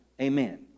Amen